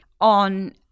on